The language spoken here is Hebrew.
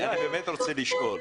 אני רוצה לשאול: